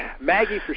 Maggie